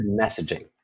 messaging